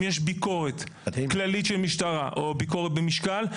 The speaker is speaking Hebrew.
אם יש ביקורת כללית של משטרה או ביקורת במשקל,